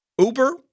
Uber